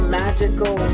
magical